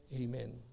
amen